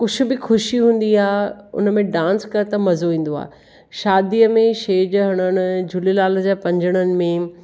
कुझु बि ख़ुशी हूंदी आहे उन में डांस कर त मज़ो ईंदो आहे शादीअ में छेॼु हरणु झूलेलाल जा पंजड़नि में